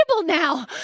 now